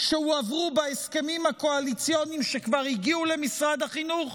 שהועברו בהסכמים הקואליציוניים שכבר הגיעו למשרד החינוך?